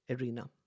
arena